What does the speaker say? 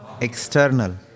External